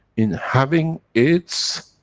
in having its.